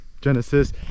genesis